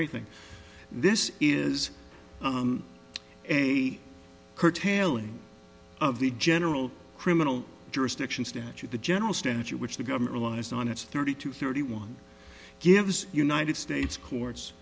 a thing this is a curtailing of the general criminal jurisdiction statute the general standard to which the government lies on its thirty two thirty one gives united states courts